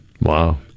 wow